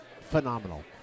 phenomenal